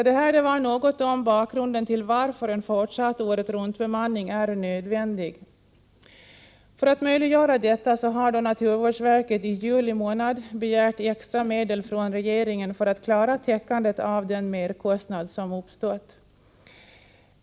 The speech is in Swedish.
Detta var något om bakgrunden till varför en fortsatt året-runt-bemanning är nödvändig. För att möjliggöra detta har naturvårdsverket i juli månad begärt extra medel från regeringen för att klara täckandet av den merkostnad som uppstått.